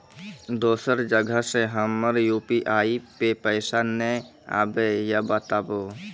दोसर जगह से हमर यु.पी.आई पे पैसा नैय आबे या बताबू?